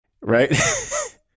right